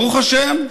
ברוך השם,